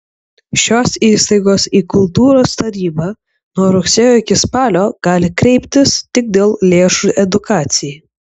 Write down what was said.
šios įstaigos į kultūros tarybą nuo rugsėjo iki spalio gali kreiptis tik dėl lėšų edukacijai